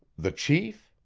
the chief?